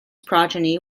progeny